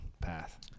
path